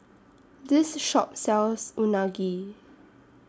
This Shop sells Unagi